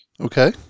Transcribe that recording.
Okay